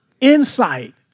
Insight